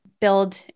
build